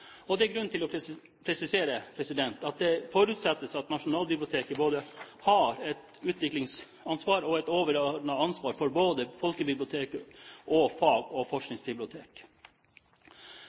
overfor. Det er grunn til å presisere at det forutsettes at Nasjonalbiblioteket både har et utviklingsansvar og et overordnet ansvar for både folkebibliotek og fag- og forskningsbibliotek.